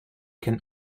can